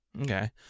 Okay